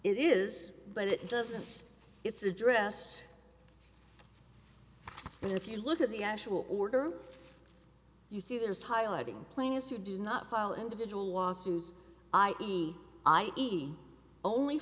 it is but it doesn't it's addressed and if you look at the actual order you see there is highlighting plaintiffs who do not file individual lawsuits i e i e only